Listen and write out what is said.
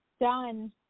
done